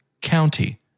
County